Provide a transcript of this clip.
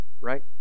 right